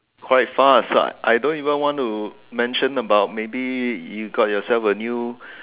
quite far is what I don't even want to mention about maybe you got yourself a new